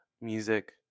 music